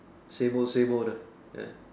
same old same old lah ya